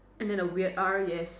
and then a weird R yes